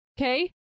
Okay